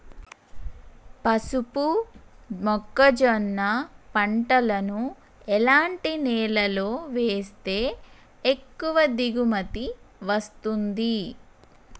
పసుపు మొక్క జొన్న పంటలను ఎలాంటి నేలలో వేస్తే ఎక్కువ దిగుమతి వస్తుంది?